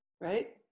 right